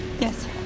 Yes